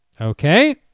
Okay